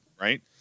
right